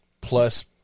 plus